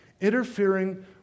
interfering